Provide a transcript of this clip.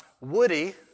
Woody